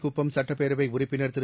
குப்பம் சுட்டப்பேரவைஉறுப்பினர் திரு